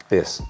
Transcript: Yes